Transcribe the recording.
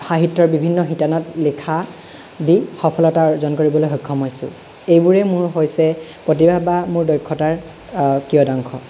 সাহিত্যৰ বিভিন্ন শিতানত লিখা দি সফলতা অৰ্জন কৰিবলৈ সক্ষম হৈছোঁ এইবোৰেই মোৰ হৈছে প্ৰতিভা বা মোৰ দক্ষতাৰ কিয়দাংশ